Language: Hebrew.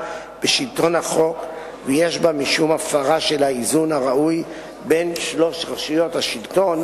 בשלטון החוק ויש בה משום הפרה של האיזון הראוי בין שלוש רשויות השלטון,